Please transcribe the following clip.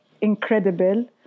incredible